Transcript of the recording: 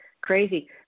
crazy